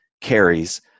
carries